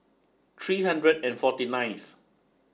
three hundred and forty ninth